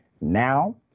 Now